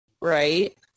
right